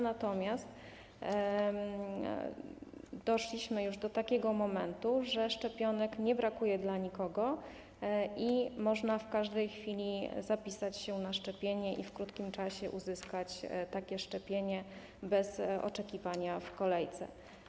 Natomiast doszliśmy już do takiego momentu, że szczepionek nie brakuje dla nikogo i można w każdej chwili zapisać się na szczepienie i w krótkim czasie uzyskać szczepienie bez oczekiwania w kolejce.